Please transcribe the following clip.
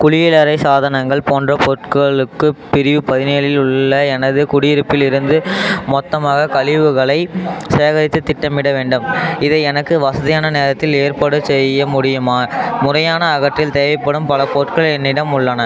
குளியலறை சாதனங்கள் போன்ற பொருட்களுக்கு பிரிவு பதினேழில் உள்ள எனது குடியிருப்பில் இருந்து மொத்தமாக கழிவுகளை சேகரித்து திட்டமிட வேண்டும் இதை எனக்கு வசதியான நேரத்தில் ஏற்பாடு செய்ய முடியுமா முறையான அகற்றல் தேவைப்படும் பல பொருட்கள் என்னிடம் உள்ளன